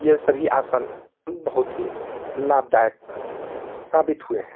यह सभी आसन बहुत ही लाभदायक साबित हुए हैं